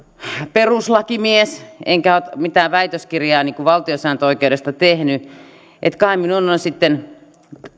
peruslakimies enkä mitään väitöskirjaa valtiosääntöoikeudesta tehnyt että kai minun on sitten